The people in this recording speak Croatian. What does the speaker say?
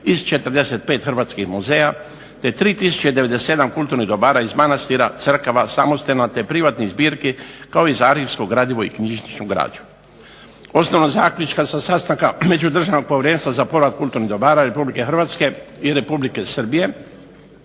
iz 45 hrvatskih muzeja, te 3 tisuće 97 kulturnih dobara iz manastira, crkava, samostana te privatnih zbirki kao i arhivsko gradivo i knjižničnu građu. Osnovom zaključka sa sastanka međudržavnog povjerenstva za povrat kulturnih dobara Republike Hrvatske i Republike Srbije,